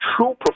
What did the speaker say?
true